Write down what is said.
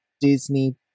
Disney